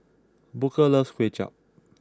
Booker loves kway chap